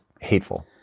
hateful